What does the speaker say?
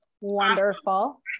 Wonderful